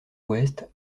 ouest